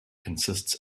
consists